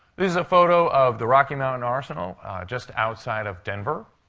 this is a photo of the rocky mountain arsenal just outside of denver.